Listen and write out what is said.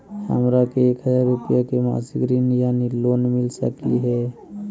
हमरा के एक हजार रुपया के मासिक ऋण यानी लोन मिल सकली हे?